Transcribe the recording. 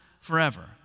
forever